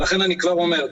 לכן אני כבר אומר,